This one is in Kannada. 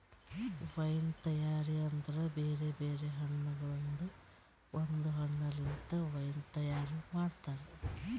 ವೈನ್ ತೈಯಾರಿ ಅಂದುರ್ ಬೇರೆ ಬೇರೆ ಹಣ್ಣಗೊಳ್ದಾಂದು ಒಂದ್ ಹಣ್ಣ ಲಿಂತ್ ವೈನ್ ತೈಯಾರ್ ಮಾಡ್ತಾರ್